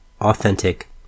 authentic